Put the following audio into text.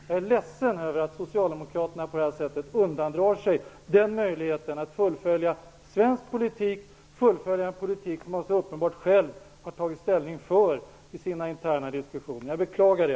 Jag är ledsen över att Socialdemokraterna på detta sätt undandrar sig möjligheten att fullfölja svensk politik, en politik som man så uppenbart har tagit ställning för i sina interna diskussioner. Jag beklagar det.